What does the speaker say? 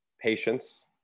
patience